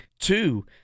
Two